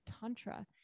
Tantra